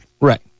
Right